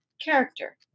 character